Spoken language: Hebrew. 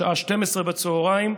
בשעה 12:00,